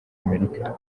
amerika